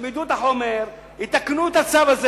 שילמדו את החומר ויתקנו את הצו הזה.